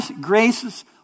graces